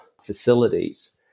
facilities